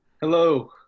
Hello